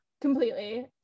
completely